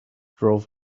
drove